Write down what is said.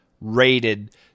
rated